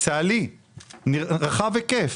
צה"לי רחב היקף,